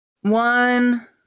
one